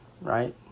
right